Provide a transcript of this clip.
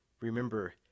remember